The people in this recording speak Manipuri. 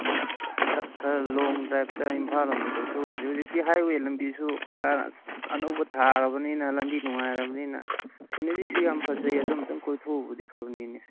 ꯈꯔ ꯂꯣꯡ ꯗ꯭ꯔꯥꯏꯕꯇ ꯏꯝꯐꯥꯜ ꯂꯣꯝꯗ ꯀꯣꯏꯊꯣꯛꯎꯔꯁꯤ ꯍꯧꯖꯤꯛꯇꯤ ꯍꯥꯏꯋꯦ ꯂꯝꯕꯤꯁꯨ ꯀꯣꯏꯂꯥꯁ ꯑꯅꯧꯕ ꯊꯥꯔꯕꯅꯤꯅ ꯂꯝꯕꯤ ꯅꯨꯡꯉꯥꯏꯔꯕꯅꯤꯅ ꯁꯤꯅꯔꯤꯁꯨ ꯌꯥꯝ ꯐꯖꯩ ꯑꯗꯨ ꯑꯝꯇꯪ ꯀꯣꯏꯊꯣꯛꯎꯕꯗꯤ ꯐꯕꯅꯤꯅꯦ